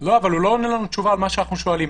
אבל הוא לא עונה לנו על מה שאנחנו שואלים.